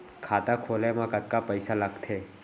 खाता खोले मा कतका पइसा लागथे?